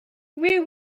where